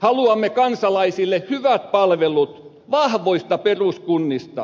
haluamme kansalaisille hyvät palvelut vahvoista peruskunnista